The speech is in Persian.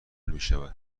میشود